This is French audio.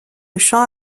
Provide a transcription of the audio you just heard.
chant